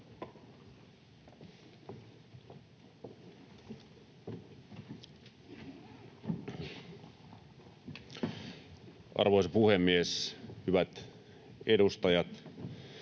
Arvoisa puhemies! Hyvät edustajat!